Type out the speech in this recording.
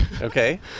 okay